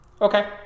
Okay